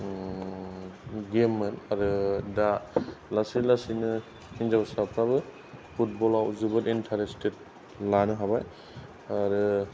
गेममोन आरो दा लासै लासैनो हिनजावसाफोराबो फुटबलाव जोबोद इन्टारेस्टेड लानो हाबाय आरो